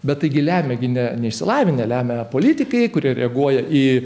bet taigi lemia gi ne neišsilavinę lemia politikai kurie reaguoja į